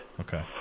Okay